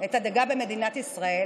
את הדגה במדינת ישראל,